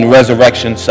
Resurrection